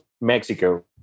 Mexico